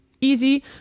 easy